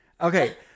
Okay